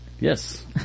Yes